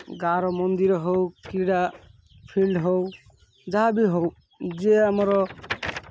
ଗାଁର ମନ୍ଦିର ହଉ କ୍ରୀଡ଼ା ଫିଲ୍ଡ ହଉ ଯାହା ବି ହଉ ଯିଏ ଆମର